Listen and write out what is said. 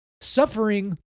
suffering